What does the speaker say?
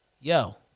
Yo